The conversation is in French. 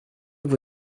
vous